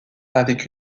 avec